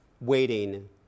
waiting